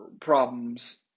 problems